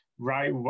Right